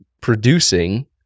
producing